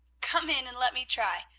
come in and let me try,